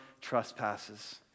trespasses